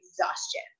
exhaustion